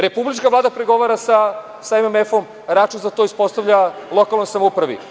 Republička Vlada pregovara sa MMF-om, a račun za to ispostavlja lokalnoj samoupravi.